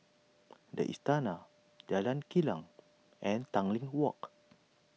the Istana Jalan Kilang and Tanglin Walk